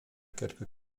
quelques